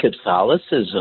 Catholicism